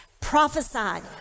prophesied